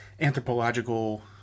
anthropological